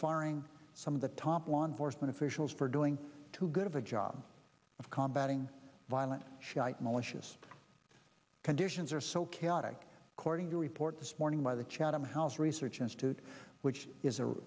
firing some of the top law enforcement officials for doing too good of a job of combat ing violent shiite militias conditions are so chaotic according to a report this morning by the chatham house research institute which is a